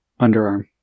underarm